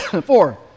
Four